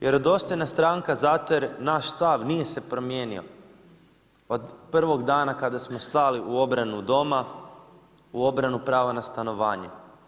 Vjerodostojna stranka zato jer naš stav nije se promijenio od prvog dana kada smo stali u obranu doma, u obranu prava na stanovanje.